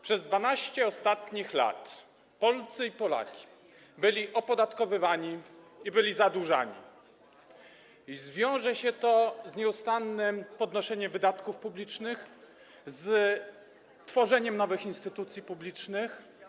Przez 12 ostatnich lat Polcy i Polaki byli opodatkowywani i byli zadłużani, i wiąże się to z nieustannym podnoszeniem wydatków publicznych, z tworzeniem nowych instytucji publicznych.